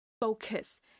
focus